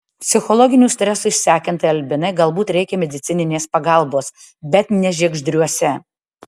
psichologinių stresų išsekintai albinai galbūt reikia medicininės pagalbos bet ne žiegždriuose